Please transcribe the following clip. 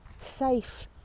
safe